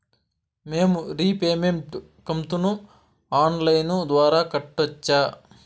మేము రీపేమెంట్ కంతును online ద్వారా కట్టొచ్చా